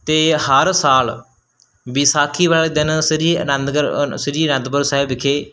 ਅਤੇ ਹਰ ਸਾਲ ਵਿਸਾਖੀ ਵਾਲੇ ਦਿਨ ਸ੍ਰੀ ਅਨੰਦਗਰ ਸ੍ਰੀ ਅਨੰਦਪੁਰ ਸਾਹਿਬ ਵਿਖੇ